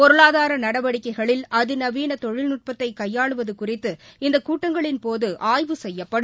பொருளாதார நடவடிக்கைகளில் அதிநவீள தொழில்நுட்ப்தை கையாளுவது குறித்து இந்த கூட்டங்களின்போது ஆய்வு செய்யப்படும்